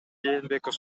жээнбеков